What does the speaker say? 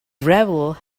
gravel